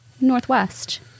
northwest